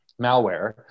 malware